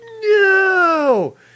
no